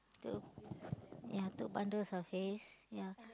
two ya two bundles of hays ya